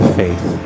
faith